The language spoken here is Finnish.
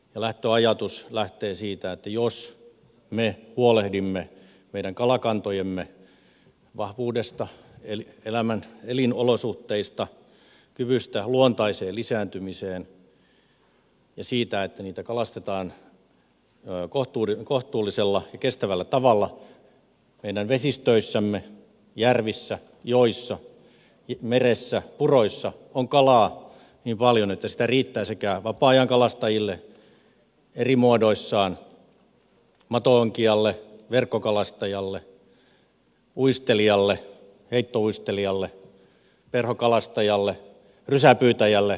lähtöajatus lähtee siitä että jos me huolehdimme meidän kalakantojemme vahvuudesta elämän elinolosuhteista kyvystä luontaiseen lisääntymiseen ja siitä että kalastetaan kohtuullisella ja kestävällä tavalla meidän vesistöissämme järvissä joissa meressä puroissa on kalaa niin paljon että sitä riittää vapaa ajankalastajille eri muodoissaan mato onkijalle verkkokalastajalle uistelijalle heittouistelijalle perhokalastajalle rysäpyytäjälle ammattikalastajalle matkailuoppaille asiakkaineen